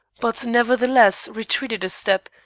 but nevertheless retreated a step,